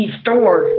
store